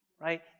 right